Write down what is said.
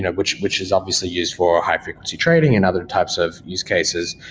which which is obviously used for high frequency trading and other types of use cases.